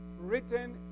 written